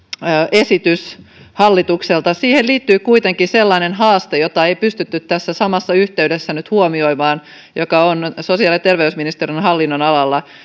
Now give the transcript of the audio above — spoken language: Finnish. esitys hallitukselta siihen liittyy kuitenkin sellainen haaste jota ei pystytty tässä samassa yhteydessä nyt huomioimaan ja joka on sosiaali ja terveysministeriön hallinnon alalla